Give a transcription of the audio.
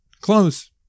Close